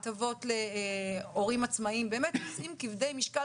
הטבות להורים עצמאיים נושאים כבדי משקל